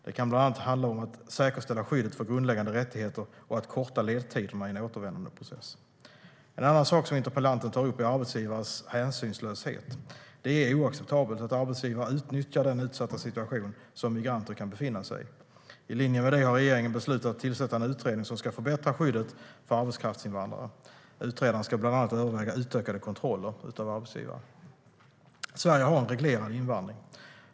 Det kan bland annat handla om att säkerställa skyddet för grundläggande rättigheter och att korta ledtiderna i en återvändandeprocess. En annan sak som interpellanten tar upp är arbetsgivares hänsynslöshet. Det är oacceptabelt att arbetsgivare utnyttjar den utsatta situation som migranter kan befinna sig i. I linje med det har regeringen beslutat att tillsätta en utredning som ska förbättra skyddet för arbetskraftsinvandrare. Utredaren ska bland annat överväga utökade kontroller av arbetsgivare. Sverige har en reglerad invandring.